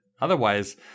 otherwise